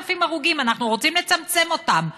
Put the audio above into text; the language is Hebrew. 8,000 הרוגים, אנחנו רוצים לצמצם את מספרם,